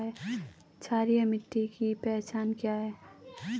क्षारीय मिट्टी की पहचान क्या है?